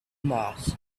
mass